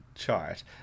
chart